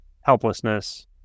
helplessness